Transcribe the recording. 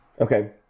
okay